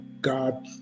God